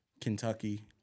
Kentucky